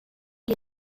les